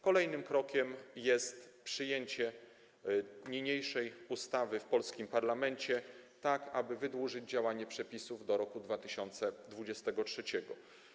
Kolejnym krokiem jest przyjęcie niniejszej ustawy w polskim parlamencie, tak aby wydłużyć działanie przepisów do roku 2023.